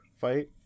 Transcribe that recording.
fight